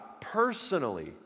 personally